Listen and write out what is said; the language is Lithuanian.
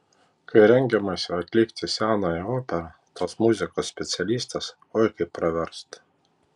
kai rengiamasi atlikti senąją operą tos muzikos specialistas oi kaip praverstų